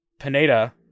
Pineda